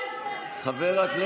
והאמיתיים,